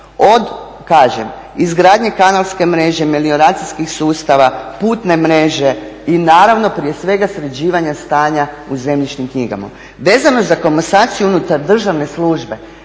od izgradnje kanalske mreže, melioracijskih sustava, putne mreže i naravno prije svega sređivanja stanja u zemljišnim knjigama. Vezano za komasaciju unutar državne službe,